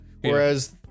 whereas